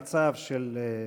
הוא התכוון למצב של בעלות,